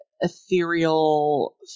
ethereal